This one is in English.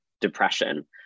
depression